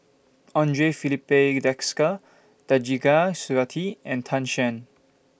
Andre Filipe Desker Khatijah Surattee and Tan Shen